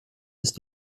ist